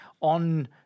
on